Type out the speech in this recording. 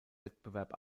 wettbewerb